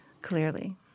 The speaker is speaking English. clearly